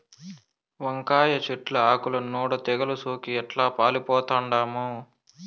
వంకాయ చెట్లు ఆకుల నూడ తెగలు సోకి ఎట్లా పాలిపోతండామో